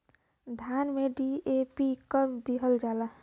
धान में डी.ए.पी कब दिहल जाला?